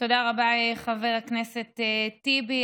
תודה רבה, חבר הכנסת טיבי.